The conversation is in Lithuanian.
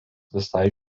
visai